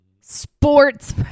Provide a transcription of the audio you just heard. sports